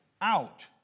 out